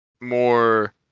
more